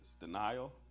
Denial